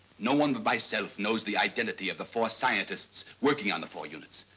no one but myself knows the identity of the four scientists working on the four units.